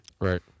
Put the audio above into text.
Right